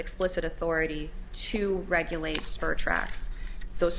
explicit authority to regulate spur tracks those